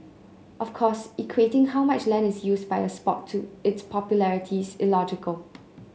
of course equating how much land is used by a sport to its popularity is illogical